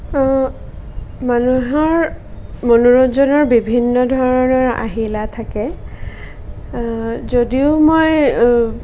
মানুহৰ মনোৰঞ্জনৰ বিভিন্ন ধৰণৰ আহিলা থাকে যদিও মই